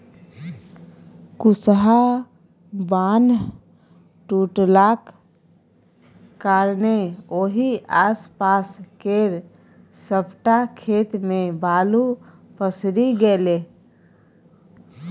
कुसहा बान्ह टुटलाक कारणेँ ओहि आसपास केर सबटा खेत मे बालु पसरि गेलै